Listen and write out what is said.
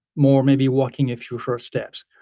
more maybe walking a few short steps